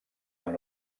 amb